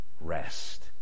rest